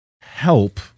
help